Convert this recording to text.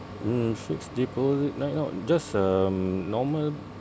mm fixed deposit right now just a normal